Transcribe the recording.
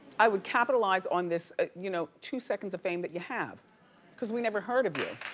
i would capitalize on this you know two seconds of fame that you have cause we never heard of you.